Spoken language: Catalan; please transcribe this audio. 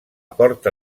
porta